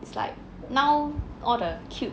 it's like now all the cute